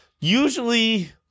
usually